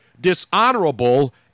dishonorable